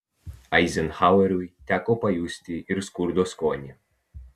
eizenhaueriui teko pajusti ir skurdo skonį